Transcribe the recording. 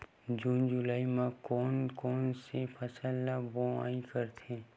जून जुलाई म कोन कौन से फसल ल बोआई करथे?